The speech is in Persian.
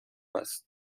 است